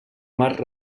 mar